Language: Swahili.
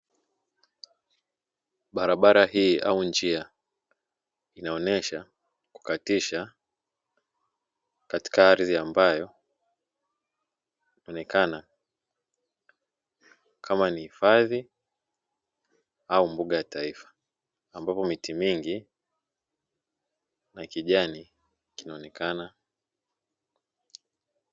Barabara hii au njia inaonyesha kukatisha katika ardhi ambayo, inaonekana kama ni hifadhi au mbuga ya taifa, ambapo miti mingi na kijani kinaonekana.